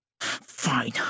Fine